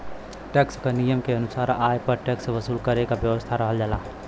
tax क नियम के अनुसार आय पर टैक्स वसूल करे क व्यवस्था रखल जाला